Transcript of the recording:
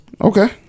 Okay